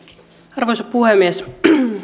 arvoisa puhemies